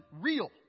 real